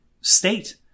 state